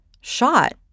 shot